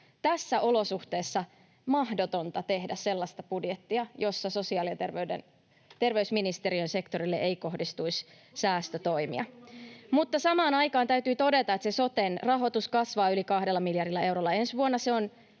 Näissä olosuhteissa on mahdotonta tehdä sellaista budjettia, jossa sosiaali- ja terveysministeriön sektorille ei kohdistuisi säästötoimia. [Krista Kiurun välihuuto] Samaan aikaan täytyy todeta, että soten rahoitus kasvaa yli kahdella miljardilla eurolla